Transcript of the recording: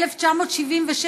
1977,